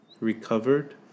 recovered